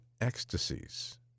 ecstasies